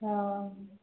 ହଁ